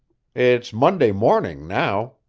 it's monday morning, now.